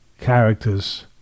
characters